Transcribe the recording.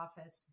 office